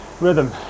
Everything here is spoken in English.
rhythm